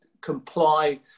comply